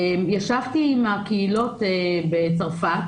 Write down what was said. ישבתי עם הקהילות בצרפת